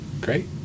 Great